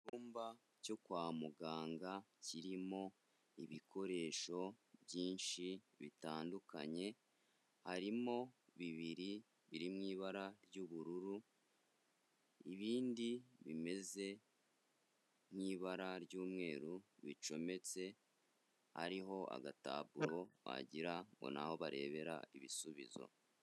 Icyumba cyo kwa muganga kirimo ibikoresho byinshi bitandukanye, harimo bibiri biri mu ibara ry'ubururu, ibindi bimeze nk'ibara ry'umweru bicometse ariho agataburo wagira ngo n'aho barebera ibisubizo.